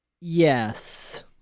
Yes